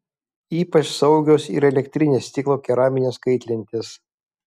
ypač saugios ir elektrinės stiklo keraminės kaitlentės